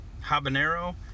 habanero